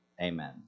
Amen